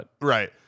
Right